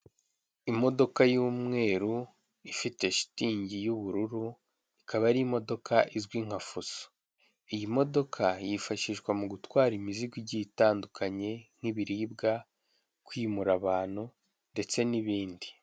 Imodoka y'umweru ifite shitingi y'ubururu, ikaba ari imodoka izwi nka fuso. Iyi modoka yifashishwa mu gutwara imizigo igiye itandukanye, nk'ibiribwa, kwimura abantu ndetse n'ibindi.